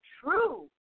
true